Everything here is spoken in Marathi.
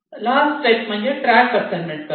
लास्ट स्टेप म्हणजे ट्रॅक असाइनमेंट करणे